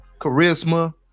charisma